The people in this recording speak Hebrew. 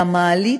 והמעלית,